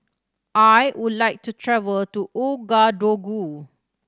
I would like to travel to Ouagadougou